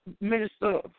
Minister